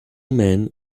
men